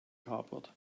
carport